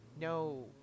no